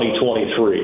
2023